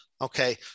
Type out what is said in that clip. Okay